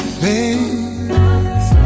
face